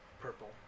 purple